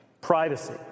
privacy